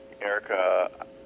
Erica